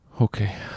okay